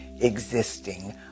existing